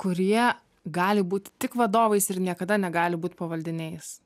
kurie gali būt tik vadovais ir niekada negali būt pavaldiniais